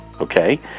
okay